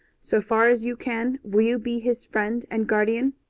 so far as you can, will you be his friend and guardian?